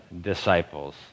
disciples